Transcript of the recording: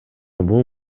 бул